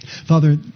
Father